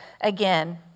again